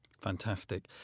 Fantastic